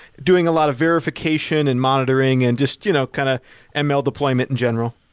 doing a lot of verification and monitoring and just you know kind of and ml deployment in general.